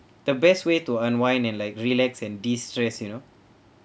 the best way to unwind and like relax and distress you know